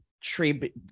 tree